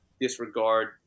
disregard